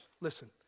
Listen